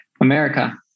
America